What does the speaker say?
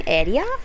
area